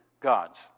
gods